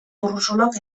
urrosolok